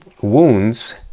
Wounds